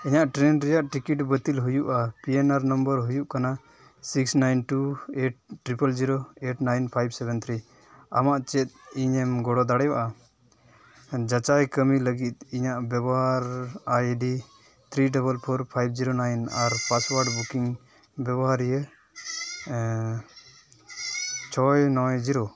ᱤᱧᱟᱹᱜ ᱴᱨᱮᱱ ᱨᱮᱭᱟᱜ ᱴᱤᱠᱤᱴ ᱵᱟᱹᱛᱤᱞ ᱦᱩᱭᱩᱜᱼᱟ ᱯᱤ ᱮᱱ ᱟᱨ ᱱᱚᱢᱵᱚᱨ ᱦᱩᱭᱩᱜ ᱠᱟᱱᱟ six nine two eight triple zero eight nine five seven three ᱟᱢᱟᱜ ᱪᱮᱫ ᱤᱧᱮᱢ ᱜᱚᱲᱚ ᱫᱟᱲᱮᱭᱟᱜᱼᱟ ᱡᱟᱪᱟᱭ ᱠᱟᱹᱢᱤ ᱞᱟᱹᱜᱤᱫ ᱤᱧᱟᱹᱜ ᱵᱮᱵᱚᱦᱟᱨ I D three double four five zero nine ᱟᱨ ᱯᱟᱥᱳᱟᱨᱰ ᱵᱩᱠᱤᱝ ᱵᱮᱵᱷᱟᱨᱤᱭᱟᱹ ᱪᱷᱚᱭ ᱱᱚᱭ ᱡᱤᱨᱳ